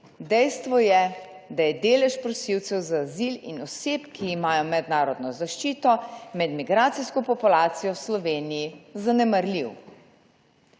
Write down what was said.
Dejstvo je, da je delež prosilcev za azil in oseb, ki imajo mednarodno zaščito med migracijsko populacijo v Sloveniji, zanemarljiv.